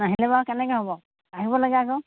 নাহিলে বাৰু কেনেকৈ হ'ব আহিব লাগে আকৌ